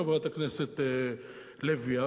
חברת הכנסת לוי,